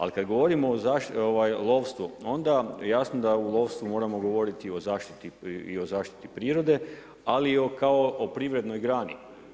Ali kad govorimo o lovstvu, onda jasno da u lovstvu moramo govoriti o zaštiti prirode ali i o kao o privrednoj grani.